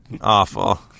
awful